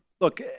Look